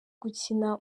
gukina